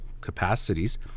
capacities